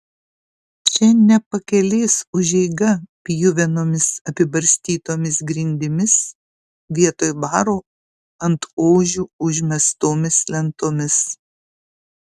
čia ne pakelės užeiga pjuvenomis apibarstytomis grindimis vietoj baro ant ožių užmestomis lentomis